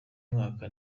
mwaka